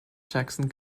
jackson